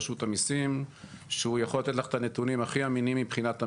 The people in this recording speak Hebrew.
רשות המיסים שהוא יכול לתת לך את הנתונים הכי אמינים מבחינת המדינה.